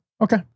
Okay